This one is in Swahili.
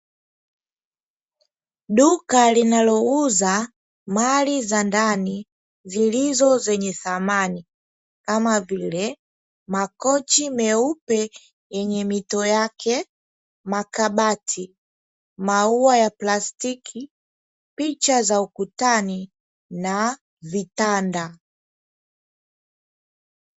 Duka linalouza mali za ndani zilizo zenye thamani kama vile: makochi meupe yenye mito yake, makabati, maua ya plastiki, picha za ukutani na vitanda.